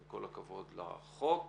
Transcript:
עם כל הכבוד לחוק,